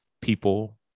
People